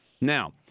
Now